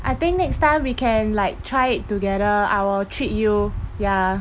I think next time we can like try it together I will treat you ya